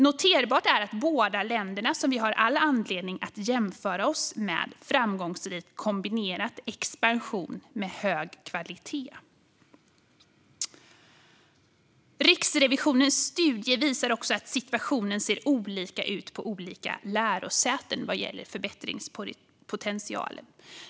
Noterbart är att båda länderna, som vi har all anledning att jämföra oss med, framgångsrikt har kombinerat expansion med hög kvalitet. Riksrevisionens studie visar också att situationen ser olika ut på olika lärosäten vad gäller förbättringspotentialen.